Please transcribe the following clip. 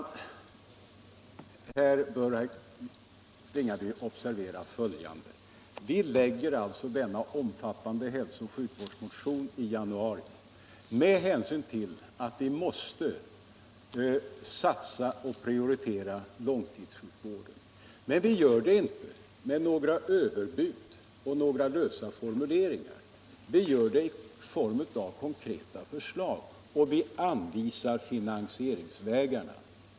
Jag ber herr Ringaby observera följande: Vi lägger fram den omfattande hälsooch sjukvårdsmotionen i januari med hänsyn till att vi måste satsa på och prioritera långtidssjukvården. Men vi gör det inte med några överbud och några lösa formuleringar. Vi gör det i form av konkreta förslag och vi anvisar finansieringsvägarna.